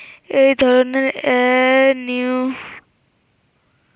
এই ধরনের অ্যান্টিঅক্সিড্যান্টগুলি বিভিন্ন শাকপাতায় পাওয়া য়ায়